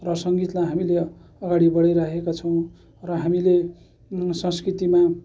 र सङ्गीतलाई हामीले अगाडि बडाइराखेका छौँ र हामीले संस्कृतिमा